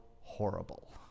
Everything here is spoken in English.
horrible